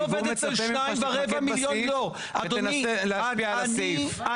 הציבור מצפה ממך שתתמקד בסעיף ותנסה להתייחס לסעיף.